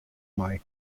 mei